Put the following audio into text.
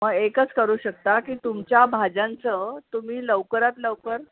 मग एकच करू शकता की तुमच्या भाज्यांचं तुम्ही लवकरात लवकर